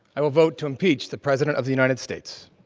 i will vote to impeach the president of the united states.